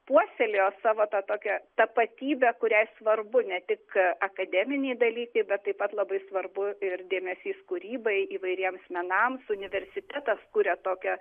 puoselėjo savo tą tokią tapatybę kuriai svarbu ne tik akademiniai dalykai bet taip pat labai svarbu ir dėmesys kūrybai įvairiems menams universitetas kuria tokią